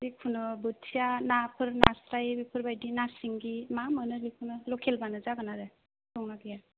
जिखुनु बोथिया नाफोर नास्राय बेफोरबायदि ना सिंगि मा मोनो बेखौनो लकेल बानो जागोन आरो दं ना गैया